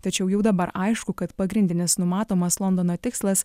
tačiau jau dabar aišku kad pagrindinis numatomas londono tikslas